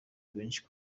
benshi